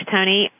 Tony